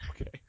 Okay